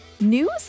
news